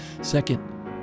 Second